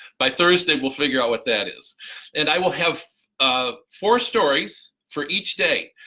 by thursday we'll figure out what that is and i will have ah four stories for each day,